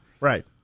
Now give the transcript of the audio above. Right